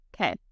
Okay